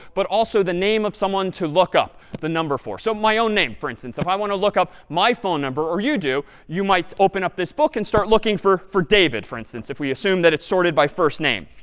but also the name of someone to look up the number for. so my own name, for instance. if i want to look up my phone number, or you do, you might open up this book and start looking for for david, for instance, if we assume that it's sorted by first name.